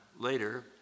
later